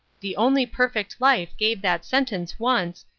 the only perfect life gave that sentence once,